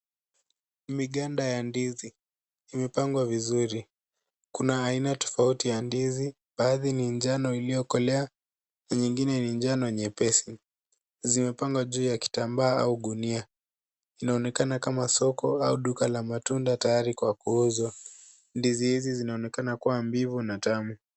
Ni miganda ya ndizi imepangwa vizuri, kuna aina tofauti ya ndizi, baadhi ni njano iliokolea na nyingine ni njano nyepesi, zimepangwa juu kitambaa au gunia. Inaonekana kama soko au duka la matunda tayari kwa ku uzwa. Ndizi zinaonekana kuwa mbivu na tamu.